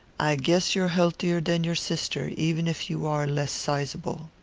i guess you're healthier than your sister, even if you are less sizeable.